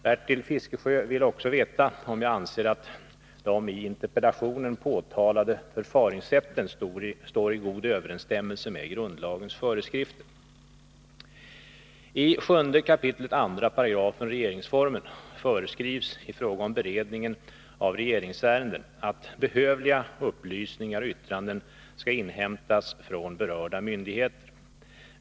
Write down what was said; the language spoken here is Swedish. Bertil Fiskesjö vill också veta om jag anser att de i interpellationen påtalade förfaringssätten står i god överensstämmelse med grundlagens föreskrifter. I 7 kap. 2§ regeringsformen föreskrivs i fråga om beredningen av regeringsärenden att behövliga upplysningar och yttranden skall inhämtas från berörda myndigheter.